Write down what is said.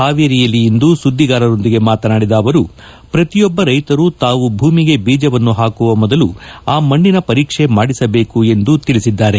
ಪಾವೇರಿಯಲ್ಲಿ ಇಂದು ಸುದ್ಗಿಗಾರರೊಂದಿಗೆ ಮಾತನಾಡಿದ ಅವರು ಪ್ರತಿಯೊಬ್ಬ ರೈತರು ತಾವು ಭೂಮಿಗೆ ಬೀಜವನ್ನು ಹಾಕುವ ಮೊದಲು ಆ ಮಣ್ಣಿನ ಪರೀಕ್ಷೆ ಮಾಡಿಸಬೇಕು ಎಂದು ಅವರು ತಿಳಿಸಿದ್ದಾರೆ